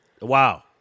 Wow